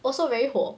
also very 火